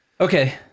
Okay